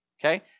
okay